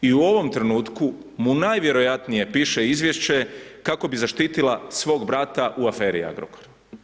I u ovom trenutku mu najvjerojatnije piše izvješće kako bi zaštitila svog brata u aferi Agrokor.